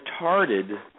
retarded